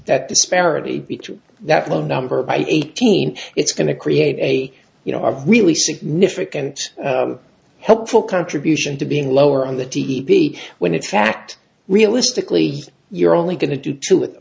that disparity between that low number by eighteen it's going to create a you know a really significant helpful contribution to being lower on the t v when in fact realistically you're only going to do two wit